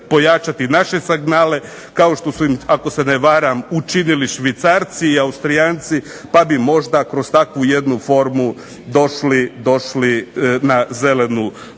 naše signale, kao što su ako se ne varam učinili Švicarci, Austrijanci, pa bi možda kroz takvu jednu formu došli na zelenu